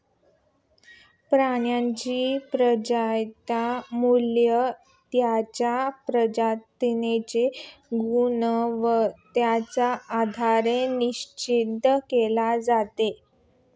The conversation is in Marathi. प्राण्यांच्या प्रजातींचे मूल्य त्यांच्या प्रजातींच्या गुणवत्तेच्या आधारे निश्चित केले जाते